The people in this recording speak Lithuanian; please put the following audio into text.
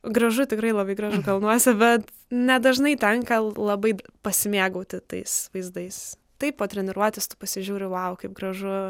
gražu tikrai labai gražu kalnuose bet nedažnai tenka labai pasimėgauti tais vaizdais taip po treniruotės tu pasižiūri vau kaip gražu